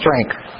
strength